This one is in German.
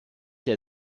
der